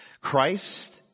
Christ